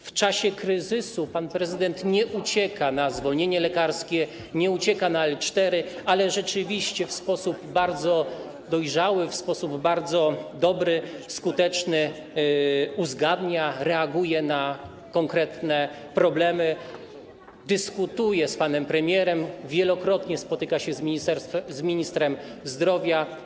W czasie kryzysu pan prezydent nie ucieka na zwolnienie lekarskie, nie ucieka na L4, ale rzeczywiście w sposób bardzo dojrzały, w sposób bardzo dobry, skuteczny uzgadnia, reaguje na konkretne problemy, dyskutuje z panem premierem, wielokrotnie spotyka się z ministrem zdrowia.